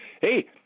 Hey